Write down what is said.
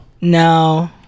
No